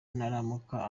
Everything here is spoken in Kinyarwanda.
naramuka